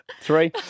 three